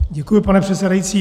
Děkuji, pane předsedající.